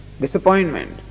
disappointment